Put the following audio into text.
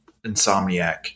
Insomniac